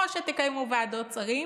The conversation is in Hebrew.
או שתקיימו ועדות שרים